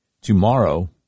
tomorrow